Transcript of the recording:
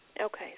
Okay